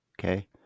okay